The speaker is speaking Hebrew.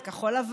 את כחול לבן,